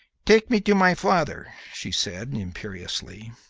take me to my father, she said, imperiously.